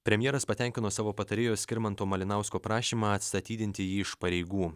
premjeras patenkino savo patarėjo skirmanto malinausko prašymą atstatydinti jį iš pareigų